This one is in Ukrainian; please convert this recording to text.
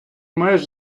меш